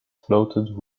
floated